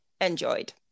enjoyed